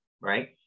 right